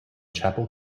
chapel